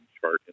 chart